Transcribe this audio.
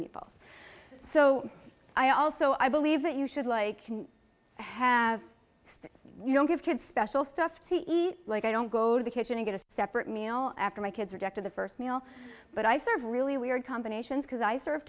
meatballs so i also i believe that you should like to have you know give kids special stuff to eat like i don't go to the kitchen to get a separate meal after my kids rejected the first meal but i serve really weird combinations because i served